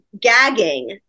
gagging